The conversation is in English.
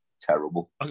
Terrible